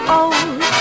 old